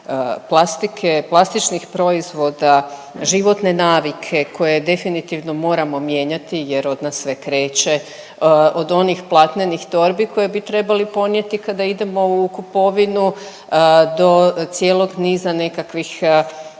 plastičnih proizvoda, životne navike koje definitivno moramo mijenjati jer od nas sve kreće, od onih platnenih torbi koje bi trebali ponijeti kada idemo u kupovinu do cijelog niza nekakvih